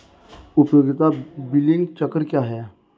उपयोगिता बिलिंग चक्र क्या है?